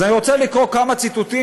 אז אני רוצה לקרוא כמה ציטוטים,